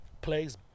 plays